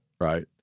right